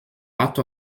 ato